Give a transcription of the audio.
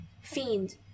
fiend